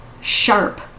sharp